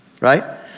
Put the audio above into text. right